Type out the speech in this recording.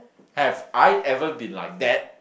have I ever been like that